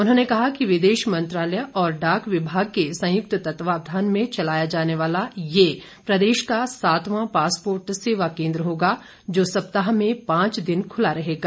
उन्होंने कहा कि विदेश मंत्रालय और डाक विभाग के संयुक्त तत्वावधान में चलाया जाने वाला ये प्रदेश का सातवां पासपोर्ट सेवा केंद्र होगा जो सप्ताह में पांच दिन खुला रहेगा